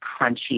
crunchy